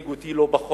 מדאיג אותי לא פחות